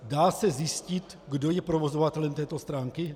Dá se zjistit, kdo je provozovatelem této stránky?